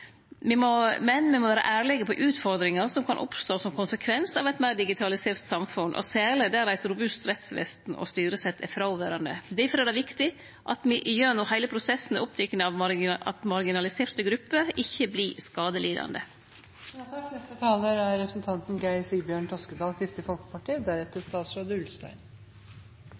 men me må være ærlege på utfordringar som kan oppstå som konsekvens av eit meir digitalisert samfunn, og særleg der eit robust rettsvesen og styresett er fråverande. Difor er det viktig at me gjennom heile prosessen er opptekne av at marginaliserte grupper ikkje vert skadelidande.